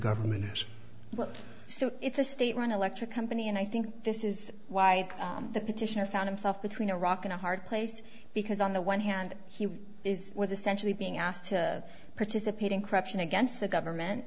government what so it's a state run electric company and i think this is why the petition found himself between a rock and a hard place because on the one hand he was essentially being asked to participate in corruption against the government